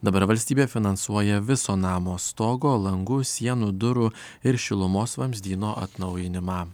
dabar valstybė finansuoja viso namo stogo langų sienų durų ir šilumos vamzdynų atnaujinimą